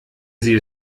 sie